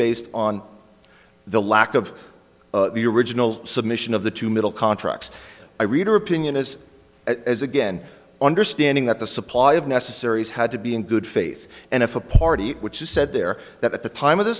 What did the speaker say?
based on the lack of the original submission of the two middle contracts i read her opinion as it is again understanding that the supply of necessaries had to be in good faith and if a party which is said there that at the time of the